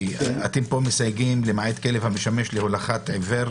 ואתם מסייגים: למעט כלב, המשמש להולכת עיוור,